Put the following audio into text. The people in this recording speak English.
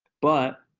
but,